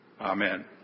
Amen